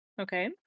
Okay